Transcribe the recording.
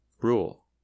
rule